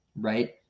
right